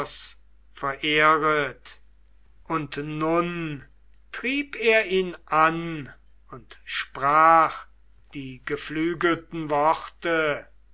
verehret und nun trieb er ihn an und sprach die geflügelten worte